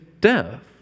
death